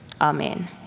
Amen